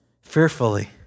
fearfully